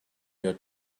your